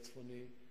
הצפוני.